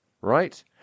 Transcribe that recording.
Right